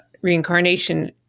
reincarnation